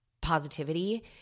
positivity